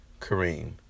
Kareem